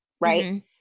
right